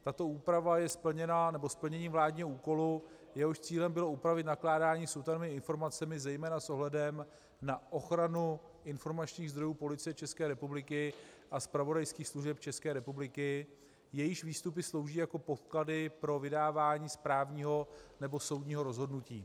Tato úprava je splněním vládního úkolu, jehož cílem bylo upravit nakládání s utajovanými informacemi zejména s ohledem na ochranu informačních zdrojů Policie České republiky a zpravodajských služeb České republiky, jejichž výstupy slouží jako podklady pro vydávání správního nebo soudního rozhodnutí.